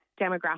demographic